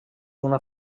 una